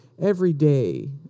everyday